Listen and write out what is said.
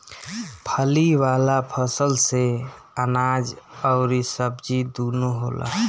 फली वाला फसल से अनाज अउरी सब्जी दूनो होला